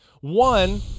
One